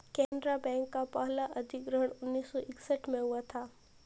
Canara bank का पहला अधिग्रहण उन्नीस सौ इकसठ में हुआ था